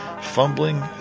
fumbling